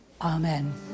Amen